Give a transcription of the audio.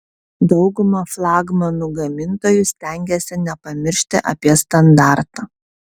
dauguma flagmanų gamintojų stengiasi nepamiršti apie standartą